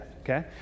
okay